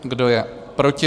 Kdo je proti?